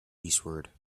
eastward